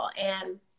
And-